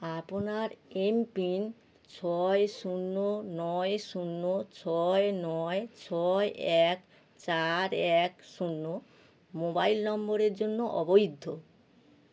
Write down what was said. আপনার এমপিন ছয় শূন্য নয় শূন্য ছয় নয় ছয় এক চার এক শূন্য মোবাইল নম্বরের জন্য অবৈধ